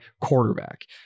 quarterback